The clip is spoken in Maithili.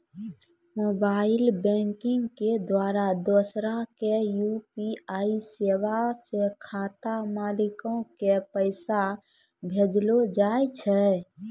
मोबाइल बैंकिग के द्वारा दोसरा के यू.पी.आई सेबा से खाता मालिको के पैसा भेजलो जाय छै